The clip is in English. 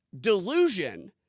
delusion